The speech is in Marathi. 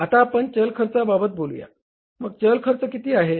आता आपण चल खर्चा बाबत बोलूया मग चल खर्च किती आहेत